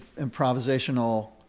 improvisational